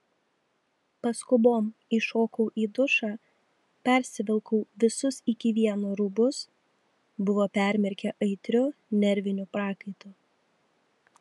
paskubom įšokau į dušą persivilkau visus iki vieno rūbus buvo permirkę aitriu nerviniu prakaitu